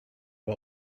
bei